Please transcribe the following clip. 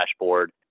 dashboard